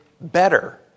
better